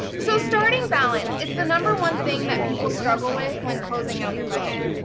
so starting balance, it's the number one thing that people struggle with when closing out their budget,